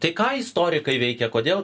tai ką istorikai veikia kodėl